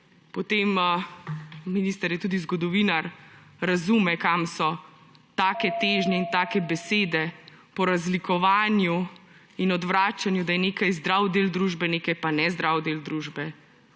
potem minister, ki je tudi zgodovinar, razume, kam so take težnje in take besede po razlikovanju in odvračanju, da je nekaj zdravi del družbe, nekaj pa nezdravi del družbe,